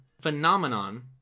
phenomenon